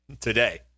Today